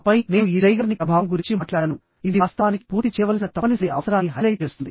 ఆపై నేను ఈ జైగార్నిక్ ప్రభావం గురించి మాట్లాడాను ఇది వాస్తవానికి పూర్తి చేయవలసిన తప్పనిసరి అవసరాన్ని హైలైట్ చేస్తుంది